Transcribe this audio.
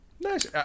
Nice